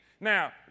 Now